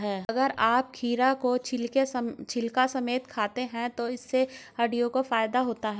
अगर आप खीरा को छिलका समेत खाते हैं तो इससे हड्डियों को फायदा होता है